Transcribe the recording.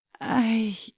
I